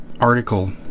article